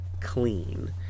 clean